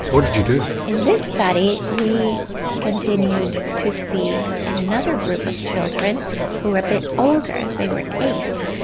what did you do? in this study we continued to see in another group of children who were a bit older, they were eight,